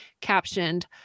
captioned